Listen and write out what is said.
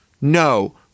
No